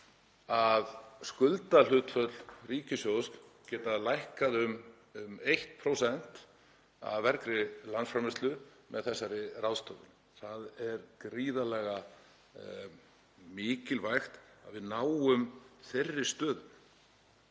að skuldahlutföll ríkissjóðs geti lækkað um 1% af vergri landsframleiðslu með þessari ráðstöfun. Það er gríðarlega mikilvægt að við náum þeirri stöðu.